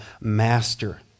master